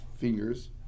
fingers